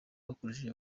bakoresheje